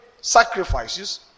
sacrifices